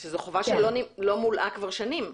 שזו חובה שלא מולאה כבר שנים.